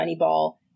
Moneyball